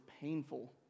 painful